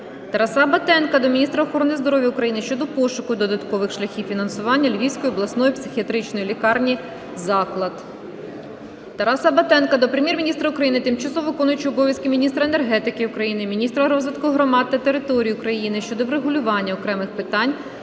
Тараса Батенка до міністра охорони здоров'я України щодо пошуку додаткових шляхів фінансування Львівської обласної психіатричної лікарні "Заклад". Тараса Батенка до Прем'єр-міністра України, тимчасово виконуючої обов'язки міністра енергетики України, міністра розвитку громад та територій України щодо врегулювання окремих питань